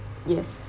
yes